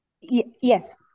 Yes